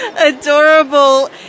adorable